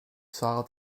saw